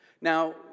Now